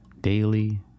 daily